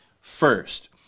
first